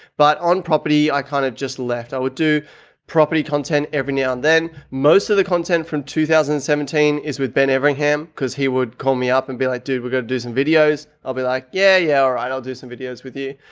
but on property i kind of just left. i would do property content every now and then. most of the content from two thousand and seventeen is with ben everingham because he would call me up and be like, dude, we're going to do some videos. i'll be like, yeah, yeah. all right, i'll do some videos with you.